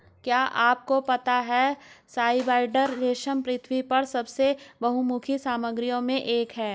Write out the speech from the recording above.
क्या आपको पता है स्पाइडर रेशम पृथ्वी पर सबसे बहुमुखी सामग्रियों में से एक है?